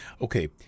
Okay